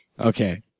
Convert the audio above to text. Okay